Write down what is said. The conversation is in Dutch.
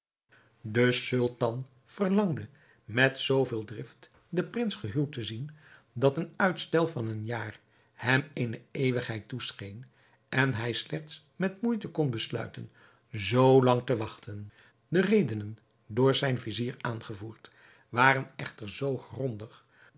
sultan verlangde met zoo veel drift den prins gehuwd te zien dat een uitstel van een jaar hem eene eeuwigheid toescheen en hij slechts met moeite kon besluiten zoo lang te wachten de redenen door zijn vizier aangevoerd waren echter zoo grondig